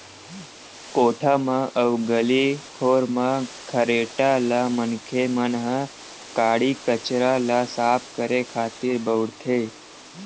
कोठा म अउ गली खोर म खरेटा ल मनखे मन ह काड़ी कचरा ल साफ करे खातिर बउरथे